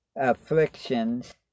afflictions